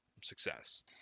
success